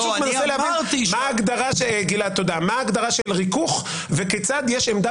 אני פשוט מנסה להבין מה ההגדרה של ריכוך וכיצד יש עמדה